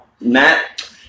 Matt